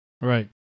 Right